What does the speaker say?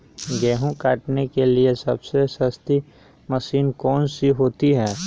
गेंहू काटने के लिए सबसे सस्ती मशीन कौन सी होती है?